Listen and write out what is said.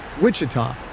Wichita